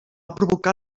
provocar